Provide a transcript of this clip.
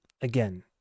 again